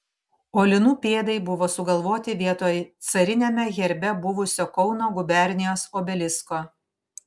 o linų pėdai buvo sugalvoti vietoj cariniame herbe buvusio kauno gubernijos obelisko